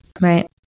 Right